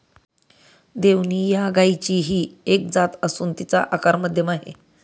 देवणी या गायचीही एक जात असून तिचा आकार मध्यम आहे